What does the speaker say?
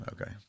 Okay